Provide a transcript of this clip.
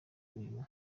uyu